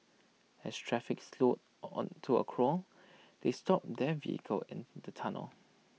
as traffic slowed on to A crawl they stopped their vehicle in the tunnel